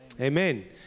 Amen